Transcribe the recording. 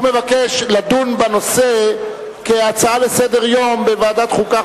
הוא מבקש לדון בנושא כהצעה לסדר-היום בוועדת החוקה,